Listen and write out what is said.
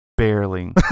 Barely